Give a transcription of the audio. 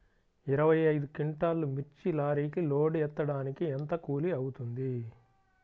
ఇరవై ఐదు క్వింటాల్లు మిర్చి లారీకి లోడ్ ఎత్తడానికి ఎంత కూలి అవుతుంది?